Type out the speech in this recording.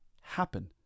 happen